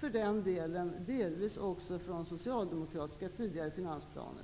-- delvis också i tidigare socialdemokratiska finansplaner.